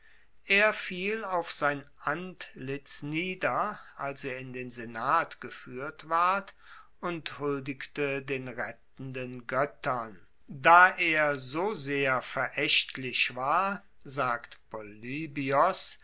er fiel auf sein antlitz nieder als er in den senat gefuehrt ward und huldigte den rettenden goettern da er so sehr veraechtlich war sagt polybios